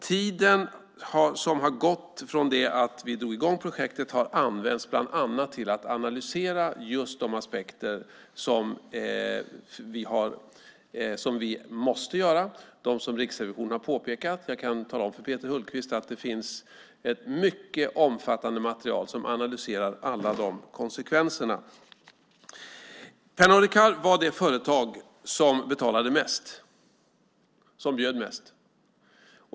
Tiden som har gått från det att vi drog i gång projektet har använts bland annat till att analysera just de aspekter som vi måste göra, de som Riksrevisionen har påpekat. Jag kan tala om för Peter Hultqvist att det finns ett mycket omfattande material med analyser av alla de konsekvenserna. Pernod Ricard var det företag som betalade mest, som bjöd mest.